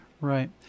Right